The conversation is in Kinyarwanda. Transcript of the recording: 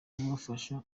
kubafasha